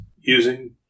using